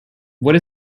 what